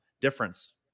difference